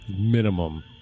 minimum